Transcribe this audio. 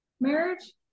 Marriage